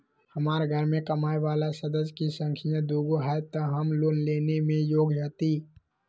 हमार घर मैं कमाए वाला सदस्य की संख्या दुगो हाई त हम लोन लेने में योग्य हती?